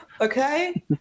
okay